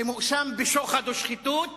שמואשם בשוחד ובשחיתות,